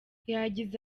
yagize